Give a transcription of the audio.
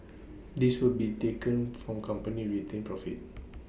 this will be taken from company's retained profits